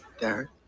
Derek